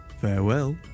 Farewell